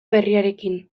berriarekin